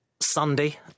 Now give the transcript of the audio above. Sunday